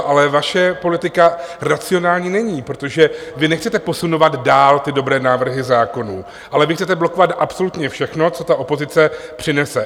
Ale vaše politika racionální není, protože vy nechcete posunovat dál dobré návrhy zákonů, ale chcete blokovat absolutně všechno, co opozice přinese.